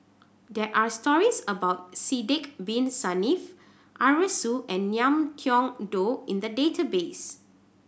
there are stories about Sidek Bin Saniff Arasu and Ngiam Tong Dow in the database